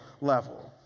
level